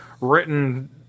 Written